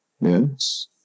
Yes